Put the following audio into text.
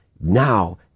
Now